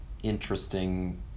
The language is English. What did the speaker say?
Interesting